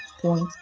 point